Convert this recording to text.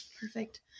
Perfect